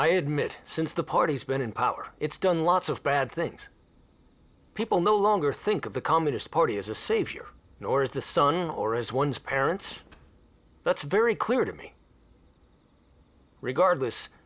i admit since the party's been in power it's done lots of bad things people no longer think of the communist party as a savior or as the son or as one's parents that's very clear to me regardless